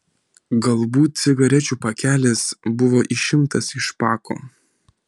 galbūt cigarečių pakelis buvo išimtas iš pako